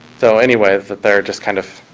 so anyway, that they're just, kind of,